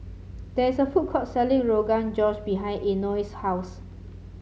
there is a food court selling Rogan Josh behind Eino's house